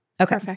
Okay